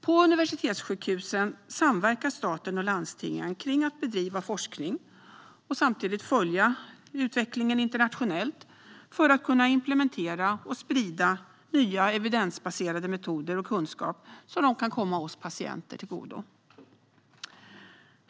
På universitetssjukhusen samverkar staten och landstingen kring att bedriva forskning och samtidigt följa utvecklingen internationellt för att kunna implementera och sprida nya evidensbaserade metoder och kunskap, så att de kan komma patienterna till godo.